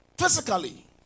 Physically